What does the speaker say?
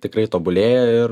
tikrai tobulėja ir